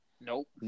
nope